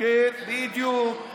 בדיוק.